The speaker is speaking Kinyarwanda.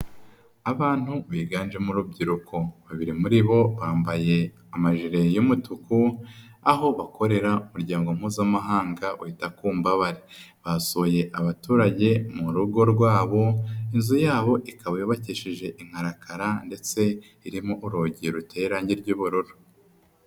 Abantu biganjemo urubyiruko babiri muri bo bambaye amajire y'umutuku aho bakorera umuryango mpuzamahanga bahita ku mbabare, basuye abaturage mu rugo rwabo inzu yabo ikaba yabakesheje inkarakara ndetse irimo urugi ruteye irange ry'ubururu.